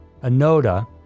Anoda